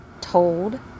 told